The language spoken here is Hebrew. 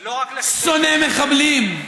אני שונא מחבלים,